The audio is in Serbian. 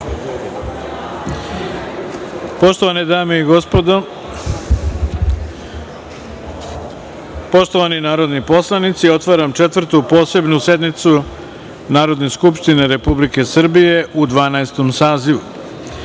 Srbiji. Poštovane dame i gospodo, poštovani narodni poslanici, za Četvrtu posebnu sednicu Narodne skupštine Republike Srbije u Dvanaestom